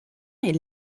est